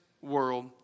world